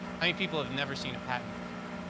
i mean people have never seen a patent before?